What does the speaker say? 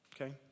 Okay